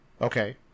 okay